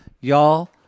y'all –